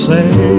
Say